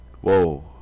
Whoa